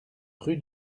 rue